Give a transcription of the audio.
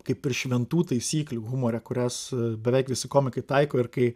kaip ir šventų taisyklių humore kurias beveik visi komikai taiko ir kai